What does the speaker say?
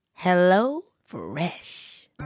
HelloFresh